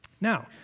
Now